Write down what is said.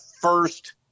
first